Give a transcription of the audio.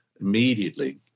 immediately